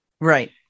right